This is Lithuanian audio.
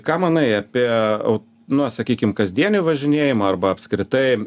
ką manai apie aut nu sakykim kasdienį važinėjimą arba apskritai